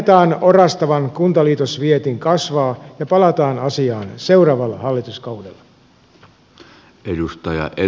annetaan orastavan kuntaliitosvietin kasvaa ja palataan asiaan seuraavalla hallituskaudella